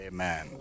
Amen